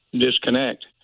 disconnect